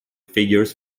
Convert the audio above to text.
figures